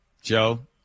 Joe